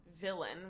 villain